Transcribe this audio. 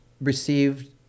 received